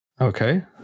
Okay